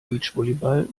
beachvolleyball